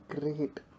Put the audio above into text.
great